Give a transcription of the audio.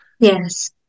Yes